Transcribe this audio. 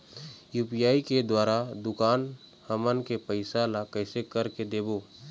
UPI के द्वारा दुकान हमन के पैसा ला कैसे कर के देबो?